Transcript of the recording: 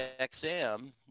XM